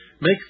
Make